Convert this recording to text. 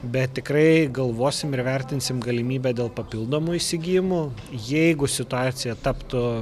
bet tikrai galvosim ir vertinsim galimybę dėl papildomų įsigijimų jeigu situacija taptų